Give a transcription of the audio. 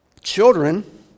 Children